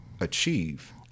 achieve